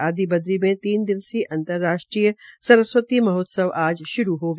आदिबद्री में तीन दिवसीय अंतर्राष्ट्रीय सरस्वती महोत्सव आज श्रू हो गया